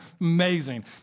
Amazing